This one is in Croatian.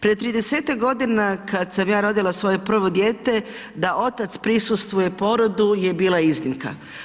Prije 30-tak godina kad sam ja rodila svoje prvo dijete da otac prisustvuje porodu je bila iznimka.